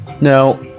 Now